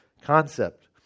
concept